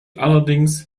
allerdings